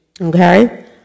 okay